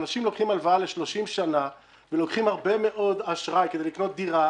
אנשים לוקחים הלוואה ל-30 שנה ולוקחים הרבה מאוד אשראי כדי לקנות דירה